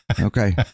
Okay